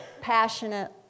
passionate